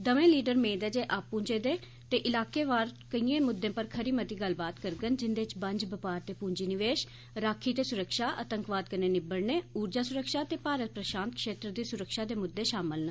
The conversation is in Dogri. दमै लीडर मेद ऐ जे आपूचै दे ते इलाकेवार केइए मुद्दे पर खरी मती गल्लबात करगंन जिंदे च बंज बपार ते पूंजी निवेश राक्खी ते सुरक्षा आतंकवाद कन्नै निबड़ने उर्जा सुरक्षा ते भारत प्रशांत क्षेत्र दी सुरक्षा दे मुद्दें शामल न